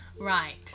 Right